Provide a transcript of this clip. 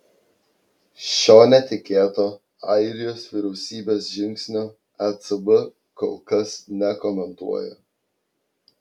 šio netikėto airijos vyriausybės žingsnio ecb kol kas nekomentuoja